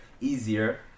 easier